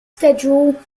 schedule